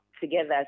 together